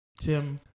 Tim